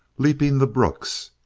leaping the brooks.